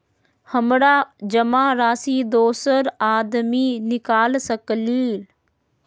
हमरा जमा राशि दोसर आदमी निकाल सकील?